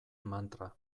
mantra